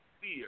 fear